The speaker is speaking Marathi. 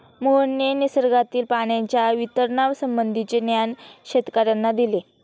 मोहनने निसर्गातील पाण्याच्या वितरणासंबंधीचे ज्ञान शेतकर्यांना दिले